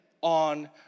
on